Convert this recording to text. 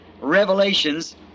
Revelations